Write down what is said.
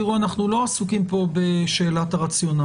תראו, אנחנו לא עסוקים פה בשאלת הרציונל.